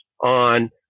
on